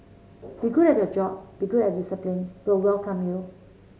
be good at your job be good at your discipline we'd welcome you